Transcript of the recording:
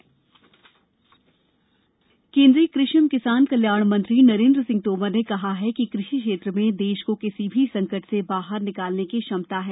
तोमर कार्यशाला केन्द्रीय कृषि एवं किसान कल्याण मंत्री नरेन्द्र सिंह तोमर ने कहा है कि कृषि क्षेत्र में देश को किसी भी संकट से बाहर निकालने की क्षमता है